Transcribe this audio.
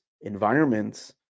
environments